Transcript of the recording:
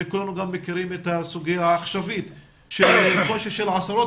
כולנו גם מכירים את הסוגיה העכשווית של הקושי של עשרות